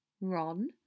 Ron